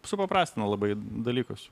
supaprastina labai dalykus